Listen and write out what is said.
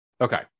Okay